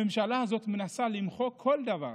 הממשלה הזאת מנסה למחוק כל דבר